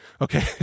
Okay